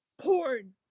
porn